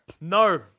No